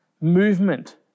movement